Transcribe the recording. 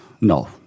no